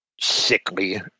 sickly